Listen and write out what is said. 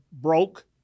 broke